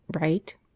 right